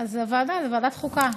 ועדת חוקה.